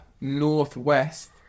northwest